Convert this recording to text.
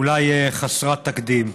אולי חסרת תקדים.